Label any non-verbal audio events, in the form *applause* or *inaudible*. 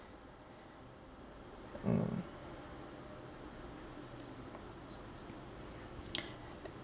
mm *breath*